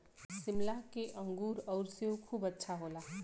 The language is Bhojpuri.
शिमला के अंगूर आउर सेब खूब अच्छा होला